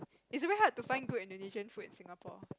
it's very hard to find good Indonesian food in Singapore